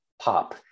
pop